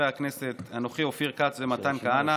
אנוכי וחברי הכנסת אופיר כץ ומתן כהנא,